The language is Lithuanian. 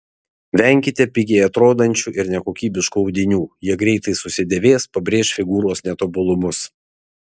venkite pigiai atrodančių ir nekokybiškų audinių jie greitai susidėvės pabrėš figūros netobulumus